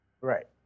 Right